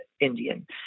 Indian